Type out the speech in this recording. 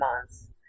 months